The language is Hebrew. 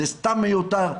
זה סתם מיותר,